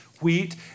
wheat